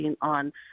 on